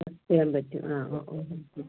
ആ ചെയ്യാൻ പറ്റും ആ ഓ ഓ ഓ